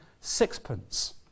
sixpence